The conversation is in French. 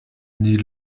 naît